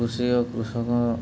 କୃଷି ଓ କୃଷକ